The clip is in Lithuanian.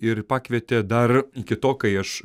ir pakvietė dar iki to kai aš